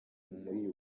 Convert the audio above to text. muri